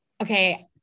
Okay